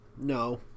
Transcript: No